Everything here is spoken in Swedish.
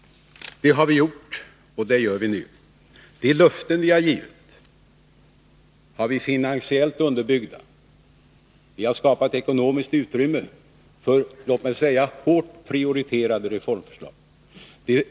Det har vi gjort, och det gör vi nu. De löften vi har givit har vi finansiellt underbyggda. Vi har skapat ekonomiskt utrymme för våra hårt prioriterade reformförslag.